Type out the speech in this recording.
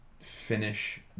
finish